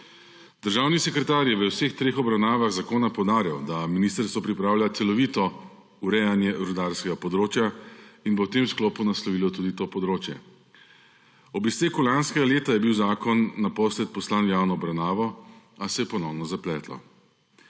Državni sekretarji v vseh treh obravnavah zakona poudarijo, da ministrstvo pripravlja celovito urejanje rudarskega področja in bo v tem sklopu naslovilo tudi to področje. Ob izteku lanskega leta je bil zakon naposled poslan v javno obravnavo, a se je ponovno zapletlo.